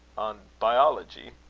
on biology.